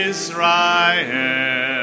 Israel